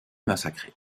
massacré